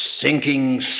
sinking